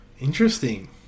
Interesting